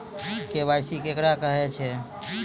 KYC केकरा कहैत छै?